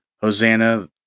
Hosanna